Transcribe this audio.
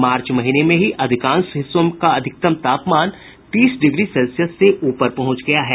मार्च महीने में ही अधिकांश हिस्सों का अधिकतम तापमान तीस डिग्री सेल्सियस से ऊपर पहुंच गया है